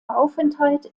aufenthalt